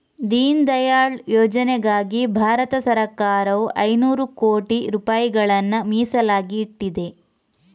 ದೀನ್ ದಯಾಳ್ ಯೋಜನೆಗಾಗಿ ಭಾರತ ಸರಕಾರವು ಐನೂರು ಕೋಟಿ ರೂಪಾಯಿಗಳನ್ನ ಮೀಸಲಾಗಿ ಇಟ್ಟಿದೆ